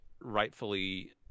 rightfully